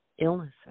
illnesses